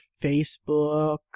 Facebook